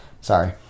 Sorry